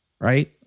Right